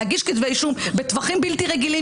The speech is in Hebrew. להגיש כתבי אישום בטווחים בלתי רגילים